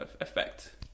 effect